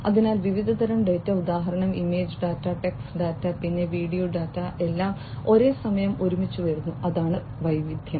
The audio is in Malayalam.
അതിനാൽ വിവിധതരം ഡാറ്റ ഉദാഹരണം ഇമേജ് ഡാറ്റ ടെക്സ്റ്റ് ഡാറ്റ പിന്നെ വീഡിയോ ഡാറ്റ എല്ലാം ഒരേ സമയം ഒരുമിച്ച് വരുന്നു അതാണ് വൈവിധ്യം